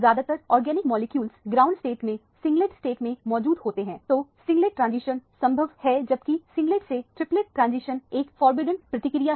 ज्यादातर organic molecule ground state में singlet state में मौजूद होते हैं तो सिंगलेट ट्रांजिशन संभव है जबकि सिंगलेट से ट्रिपलेट ट्रांजिशन एक फोरबिडेन प्रक्रिया है